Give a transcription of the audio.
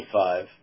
25